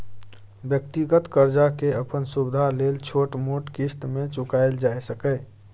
व्यक्तिगत कर्जा के अपन सुविधा लेल छोट छोट क़िस्त में चुकायल जाइ सकेए